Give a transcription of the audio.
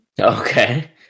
Okay